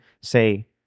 say